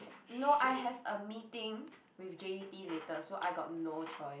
no I have a meeting with j_d_t later so I got no choice